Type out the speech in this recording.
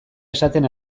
esaten